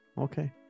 Okay